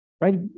right